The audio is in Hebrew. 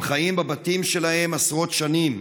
הם חיים בבתים שלהם עשרות שנים.